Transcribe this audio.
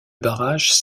barrage